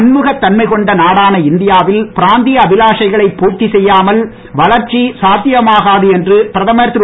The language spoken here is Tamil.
பன்முகத் தன்மை கொண்ட நாடான இந்தியாவில் பிராந்திய அபிலாஷைகளை பூர்த்தி செய்யாமல் வளர்ச்சி சாத்தியமாகது என்று பிரதமர் திரு